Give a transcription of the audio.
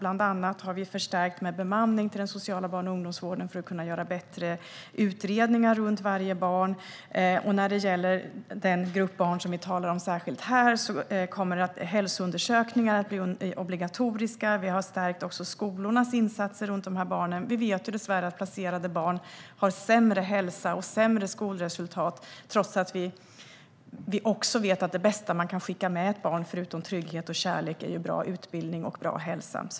Bland annat har vi förstärkt med bemanning till den sociala barn och ungdomsvården för att kunna göra bättre utredningar kring varje barn. När det gäller den grupp barn som vi särskilt talar om här kommer hälsoundersökningar att bli obligatoriska. Vi har också stärkt skolornas insatser för de här barnen. Vi vet dessvärre att placerade barn har sämre hälsa och sämre skolresultat trots att vi också vet att det bästa man kan skicka med ett barn förutom trygghet och kärlek är bra utbildning och bra hälsa.